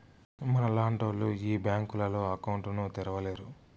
మనలాంటోళ్లు ఈ బ్యాంకులో అకౌంట్ ను తెరవలేరు